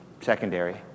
secondary